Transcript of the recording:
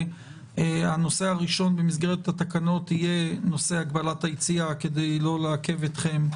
הנושא הראשון במסגרת התקנות יהיה נושא הגבלת היציאה כדי לא לעכב אתכם.